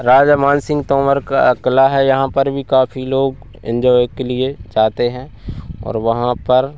राजा मानसिंह तोमर का क़िला है यहाँ पर भी काफ़ी लोग इन्जॉय के लिए जाते हैं और वहाँ पर